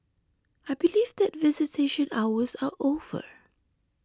I believe that visitation hours are over